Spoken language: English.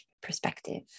perspective